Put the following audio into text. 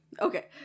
okay